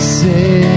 say